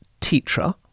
teacher